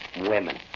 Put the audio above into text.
Women